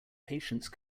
patience